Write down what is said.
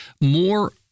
more